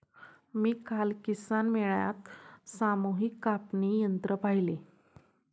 काल मी किसान मेळ्यात सामूहिक कापणी यंत्र पाहिले